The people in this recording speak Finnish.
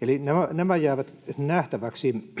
Eli nämä jäävät nähtäväksi.